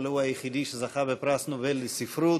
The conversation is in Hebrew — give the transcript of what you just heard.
אבל הוא היחידי שזכה בפרס נובל לספרות.